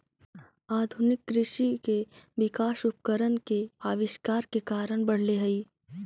आधुनिक कृषि के विकास उपकरण के आविष्कार के कारण बढ़ले हई